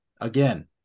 Again